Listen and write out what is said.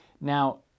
Now